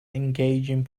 engaging